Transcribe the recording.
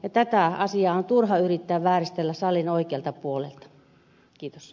tätä asiaa on turha yrittää vääristellä salin oikealta puolelta